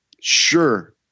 sure